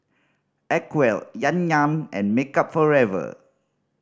Acwell Yan Yan and Makeup Forever